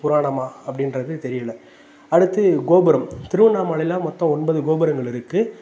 புராணமா அப்படின்றது தெரியல அடுத்து கோபுரம் திருவண்ணாமலையில் மொத்தம் ஒன்பது கோபுரங்கள் இருக்குது